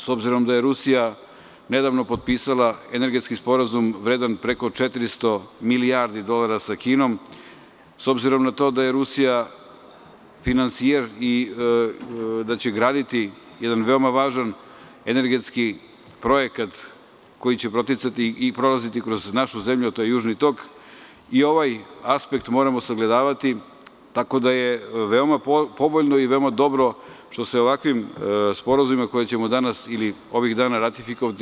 S obzirom da je Rusija nedavno potpisala energetski sporazum vredan preko 400 milijardi dolara sa Kinom, s obzirom na to da je Rusija finansijer i da će graditi jedan veoma važan energetski projekat koji će proticati i prolaziti kroz našu zemlju, a to je Južni tok i ovaj aspekt moramo sagledavati, tako da je veoma povoljno i veoma dobro što se ovakvim sporazuma, koje ćemo danas imati, ovih dana ratifikovati.